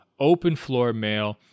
openfloormail